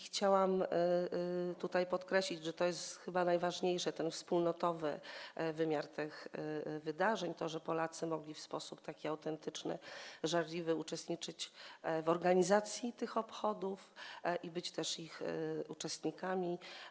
Chciałam tutaj podkreślić, że to jest chyba najważniejsze, ten wspólnotowy wymiar tych wydarzeń, to, że Polacy mogli w autentyczny, żarliwy sposób uczestniczyć w organizacji tych obchodów i być też ich uczestnikami.